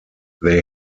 they